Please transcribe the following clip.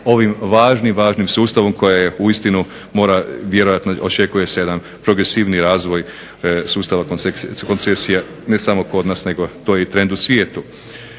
ovim važnim, važnim sustavom koji uistinu mora, vjerojatno očekuje se jedan progresivniji nadzor sustava koncesije ne samo kod nas nego to je i trend u svijetu.